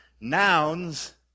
Nouns